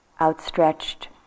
outstretched